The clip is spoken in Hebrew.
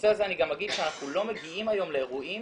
בנושא הזה אני אגיד שאנחנו לא מגיעים היום לאירועים